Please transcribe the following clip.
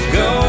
go